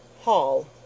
HALL